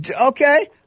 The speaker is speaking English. Okay